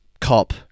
Cop